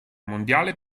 mondiale